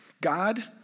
God